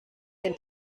den